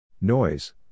Noise